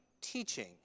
teaching